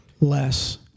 less